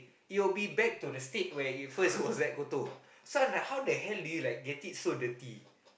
it will be back to the state where it first was like kotor so I was like how the hell do you get it so dirty